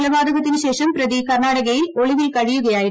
കൊലപാതകത്തിന് ശ്ലേഷ്പ്രതി കർണാടകയിൽ ഒളിവിൽ കഴിയുകയായിരുന്നു